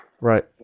Right